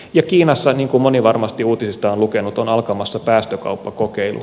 ja kiinassa niin kuin moni varmasti uutisista on lukenut on alkamassa päästökauppakokeilu